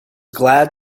glad